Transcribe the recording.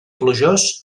plujós